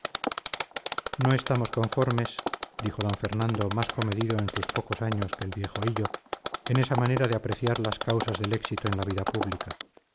no estamos conformes dijo d fernando más comedido en sus pocos años que el viejo hillo en esa manera de apreciar las causas del éxito en la vida pública